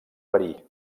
verí